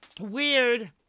weird